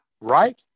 Right